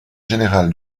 général